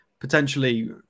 Potentially